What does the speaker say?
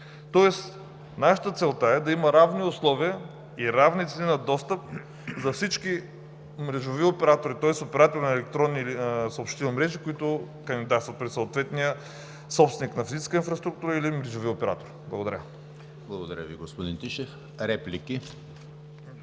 тоест нашата цел е да има равни условия и равни цени на достъп за всички мрежови оператори, тоест оператори на електронни или съобщителни мрежи, които кандидатстват при съответния собственик на физическа инфраструктура или мрежови оператор. Благодаря. ПРЕДСЕДАТЕЛ ЕМИЛ ХРИСТОВ: Благодаря Ви, господин Тишев. Реплики?